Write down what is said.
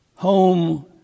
Home